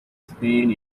spain